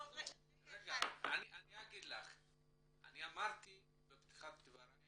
אני אמרתי בפתח דבריי